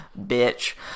bitch